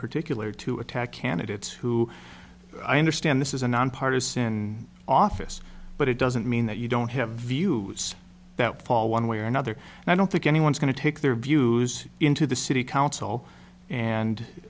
particular to attack candidates who i understand this is a nonpartisan office but it doesn't mean that you don't have a view that fall one way or another i don't think anyone's going to take their views into the city council